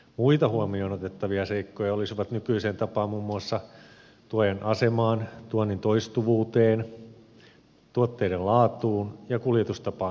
muita huomioon otettavia seikkoja olisivat nykyiseen tapaan muun muassa tuojan asemaan tuonnin toistuvuuteen tuotteiden laatuun ja kuljetustapaan liittyvät seikat